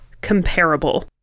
comparable